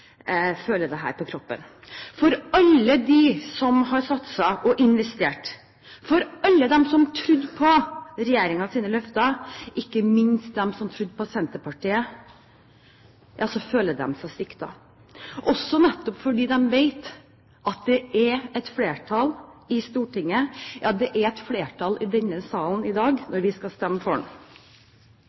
føler dette på kroppen. Alle som har satset og investert, som trodde på regjeringens løfter – ikke minst de som trodde på Senterpartiet – føler seg sviktet, også nettopp fordi de vet at det er et flertall i Stortinget, det er et flertall i denne salen i dag når vi skal stemme